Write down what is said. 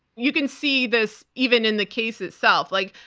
you can see this even in the case itself. like,